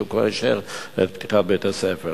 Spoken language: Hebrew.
שכבר אישר את פתיחת בית-הספר.